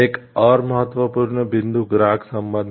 एक और महत्वपूर्ण बिंदु ग्राहक संबंध है